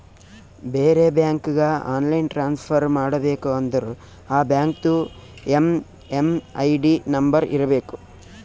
ಬೇರೆ ಬ್ಯಾಂಕ್ಗ online transfer ಮಾಡಬೇಕ ಅಂದುರ್ ಆ ಬ್ಯಾಂಕ್ದು ಎಮ್.ಎಮ್.ಐ.ಡಿ ನಂಬರ್ ಇರಬೇಕ